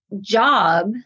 job